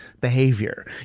behavior